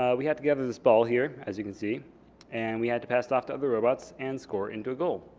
we had together this ball here as you can see and we had to pass it off to other robots and score into a goal